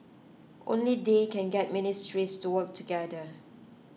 only they can get ministries to work together